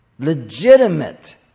legitimate